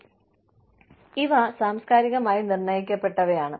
കൂടാതെ ഇവ സാംസ്കാരികമായി നിർണ്ണയിക്കപ്പെട്ടവയാണ്